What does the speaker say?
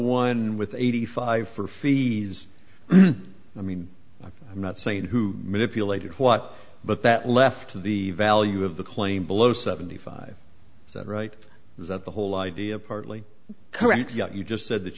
one with eighty five for feeds i mean i'm not saying who manipulated what but that left of the value of the claim below seventy five percent right is that the whole idea partly correct yet you just said that